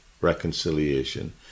reconciliation